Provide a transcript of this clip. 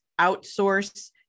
outsource